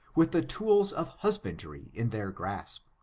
with the tools of husbandry in their grasp.